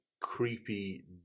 creepy